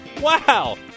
Wow